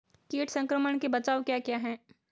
कीट संक्रमण के बचाव क्या क्या हैं?